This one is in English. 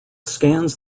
scans